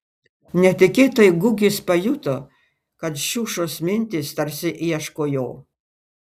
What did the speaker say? netikėtai gugis pajuto kad šiušos mintys tarsi ieško jo